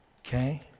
okay